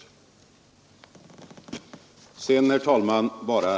Sedan bara några korta kommentarer.